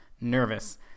nervous